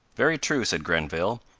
very true, said grenville,